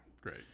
great